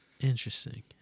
Interesting